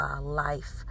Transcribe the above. life